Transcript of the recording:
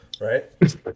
right